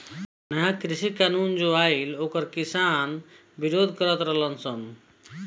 नया कृषि कानून जो आइल ओकर किसान विरोध करत रह सन